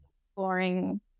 exploring